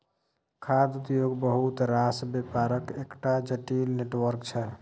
खाद्य उद्योग बहुत रास बेपारक एकटा जटिल नेटवर्क छै